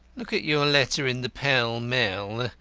look at your letter in the pell mell.